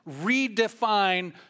redefine